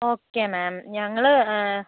okay ma'am ഞങ്ങൾ